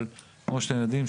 אבל כמו שאתם יודעים,